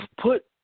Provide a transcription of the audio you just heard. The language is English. put